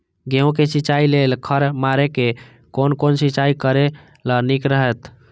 गेहूँ के सिंचाई लेल खर मारे के लेल कोन सिंचाई करे ल नीक रहैत?